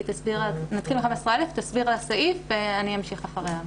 היא תסביר על הסעיף ואני אמשיך אחריה.